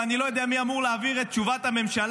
ואני לא יודע מי אמור להעביר את תשובת הממשלה,